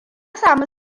samu